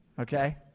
Okay